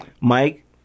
Mike